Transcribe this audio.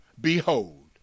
Behold